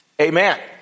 amen